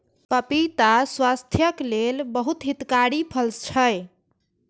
पपीता स्वास्थ्यक लेल बहुत हितकारी फल छै